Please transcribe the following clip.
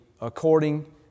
according